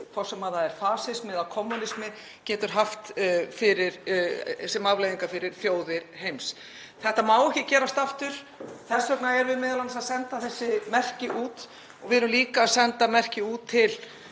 hvort sem það er fasismi eða kommúnismi, getur haft fyrir þjóðir heims. Þetta má ekki gerast aftur. Þess vegna erum við m.a. að senda þessi merki út. Við erum líka að senda merki út til